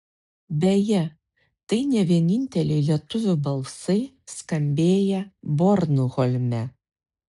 beje tai ne vieninteliai lietuvių balsai skambėję bornholme